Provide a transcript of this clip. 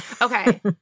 Okay